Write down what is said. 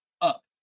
up